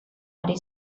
ari